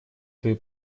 свои